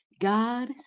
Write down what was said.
God